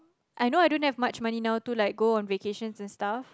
I know I don't have much money now to like go on vacations and stuff